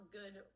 good